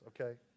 Okay